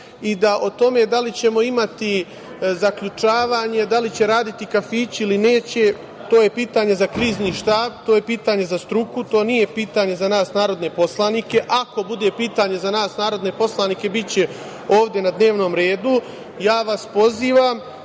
i da o tome da li ćemo imati zaključavanje, da li će raditi kafići ili neće, to je pitanje za Krizni štab, to je pitanje za struku, to nije pitanje za nas narodne poslanike. Ako bude pitanje za nas narodne poslanike, biće ovde na dnevnom redu. Pozivam